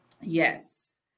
Yes